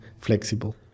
flexible